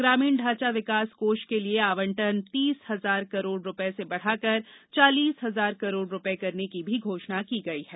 ग्रामीण ढांचा विकास कोष के लिए आबंटन तीस हजार करोड़ रुपये से बढ़ाकर चालीस हजार करोड़ रूपये करने की भी घोषणा की गई है